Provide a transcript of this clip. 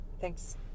thanks